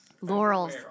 Laurels